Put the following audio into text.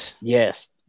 yes